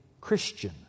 Christian